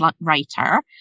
writer